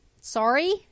Sorry